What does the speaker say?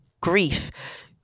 grief